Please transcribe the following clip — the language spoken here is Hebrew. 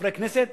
חברי הכנסת